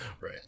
right